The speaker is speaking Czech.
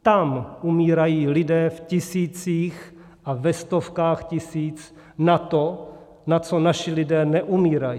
Tam umírají lidé v tisících a ve stovkách tisíc na to, na co naši lidé neumírají.